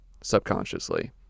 subconsciously